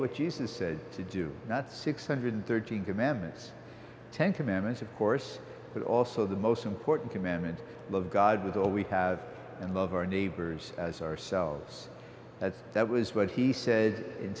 with jesus said to do not six hundred and thirteen dollars commandments ten commandments of course but also the most important commandment love god with all we have and love our neighbors as ourselves that's that was what he said in